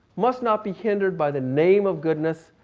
must not be hindered by the name of goodness,